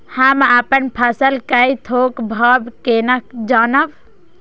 हम अपन फसल कै थौक भाव केना जानब?